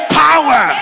power